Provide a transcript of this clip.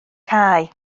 cae